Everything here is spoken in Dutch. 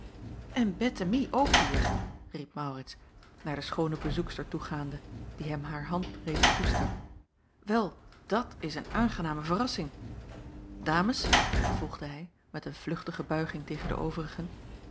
en bettemie ook hier riep maurits naar de schoone bezoekster toegaande die hem haar hand reeds toestak wel dat is een aangename verrassing dames vervolgde hij met een vluchtige buiging tegen de overigen